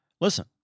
listen